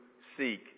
seek